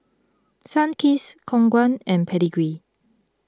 Sunkist Khong Guan and Pedigree